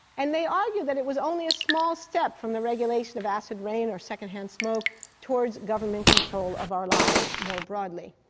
and they argued that it was only a small step from the regulation of acid rain or second-hand smoke towards government control of our lives more broadly.